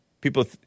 People